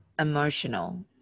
emotional